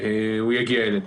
הוא יגיע אלינו.